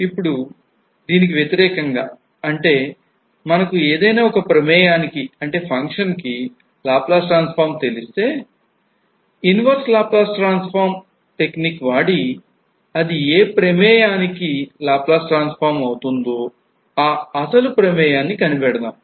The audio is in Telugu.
ఇప్పుడు దీనికి వ్యతిరేకంగా అంటే మనకు ఏదైనా ఒక ప్రమేయాని కి function కి Laplace transform తెలిస్తే inverse Laplace transform టెక్నిక్ వాడి అది ఏ ప్రమేయాని కి function కి Laplace transform అవుతుం దో ఆ అసలు ప్రమేయాన్ని కనిపెడదాం